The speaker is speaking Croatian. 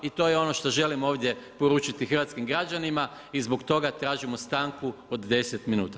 I to je ono što želim ovdje poručiti hrvatskim građanima i zbog toga tražimo stanku od 10 minuta.